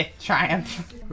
triumph